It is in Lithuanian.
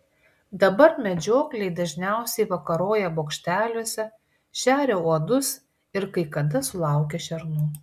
dabar medžiokliai dažniausiai vakaroja bokšteliuose šeria uodus ir kai kada sulaukia šernų